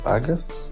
August